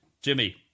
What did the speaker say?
Jimmy